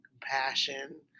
compassion